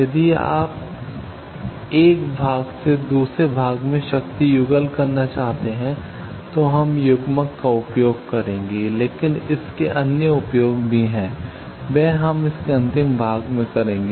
यदि आप एक भाग से दूसरे भाग में शक्ति युगल करना चाहते हैं तो हम युग्मक का उपयोग करेंगे लेकिन इसके अन्य उपयोग भी हैं वह हम इसके अंतिम भाग में करेंगे